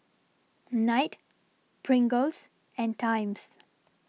Knight Pringles and Times